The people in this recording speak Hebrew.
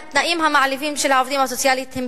התנאים המעליבים של העובדים הסוציאליים הם